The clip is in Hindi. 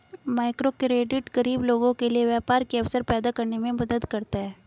माइक्रोक्रेडिट गरीब लोगों के लिए व्यापार के अवसर पैदा करने में मदद करता है